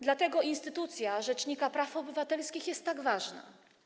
Dlatego instytucja rzecznika praw obywatelskich jest tak ważna.